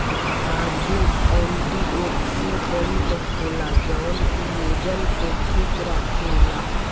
काजू एंटीओक्सिडेंट होला जवन की ओजन के ठीक राखेला